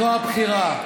זו הבחירה.